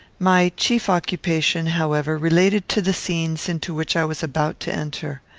my chief occupation, however, related to the scenes into which i was about to enter.